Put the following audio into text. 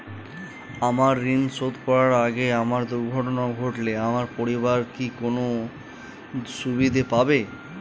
আমার ঋণ শোধ করার আগে আমার দুর্ঘটনা ঘটলে আমার পরিবার কি কোনো সুবিধে পাবে?